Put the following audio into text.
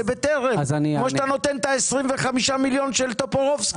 לבטרם כפי שאתה נותן את ה-25 מיליון שקל של טופורובסקי.